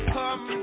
come